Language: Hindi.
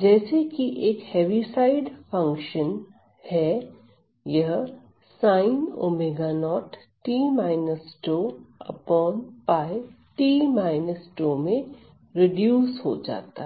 जैसे कि एक हेविसाइड फंक्शन है यह sin𝛚0t 𝛕 𝝅t 𝛕 में रिड्यूस हो जाता है